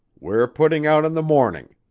we're putting out in the morning.